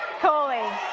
koli.